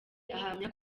ahamya